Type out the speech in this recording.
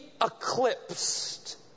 eclipsed